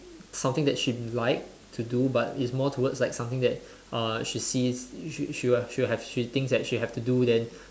something that she like to do but it's more towards like something that uh she sees she she will she will have she thinks that she will have to do then